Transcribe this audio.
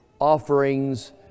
offerings